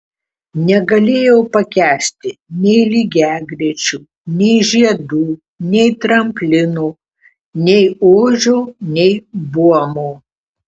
negalėjau pakęsti nei lygiagrečių nei žiedų nei tramplino nei ožio nei buomo